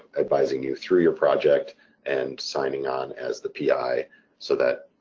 advising you through your project and signing on as the pi, so that